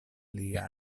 lia